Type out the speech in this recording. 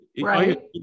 right